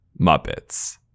Muppets